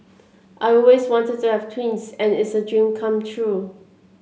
I always wanted to have twins and it's a dream come true